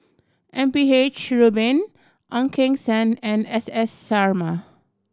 M P H Rubin Ong Keng Sen and S S Sarma